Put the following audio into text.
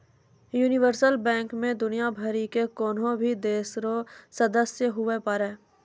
universal bank मे दुनियाँ भरि के कोन्हो भी देश रो सदस्य हुवै पारै